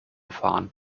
fahren